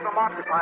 occupied